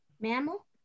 Mammal